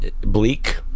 bleak